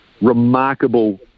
remarkable